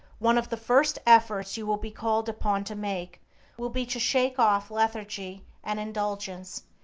one of the first efforts you will be called upon to make will be to shake off lethargy and indulgence,